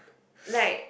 like